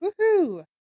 Woohoo